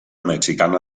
mexicana